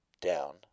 down